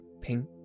pink